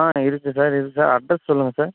ஆ இருக்கு சார் இருக்கு அட்ரஸ் சொல்லுங்கள் சார்